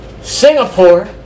Singapore